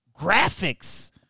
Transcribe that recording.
graphics